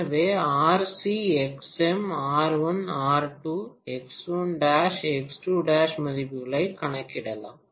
எனவே RC XM R1 R2 X1' X2'மதிப்புகளைக் கணக்கிடலாம்